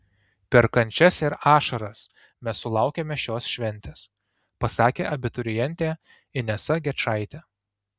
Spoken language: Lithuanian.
per kančias ir ašaras mes sulaukėme šios šventės pasakė abiturientė inesa gečaitė